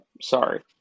sorry